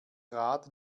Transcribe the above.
rad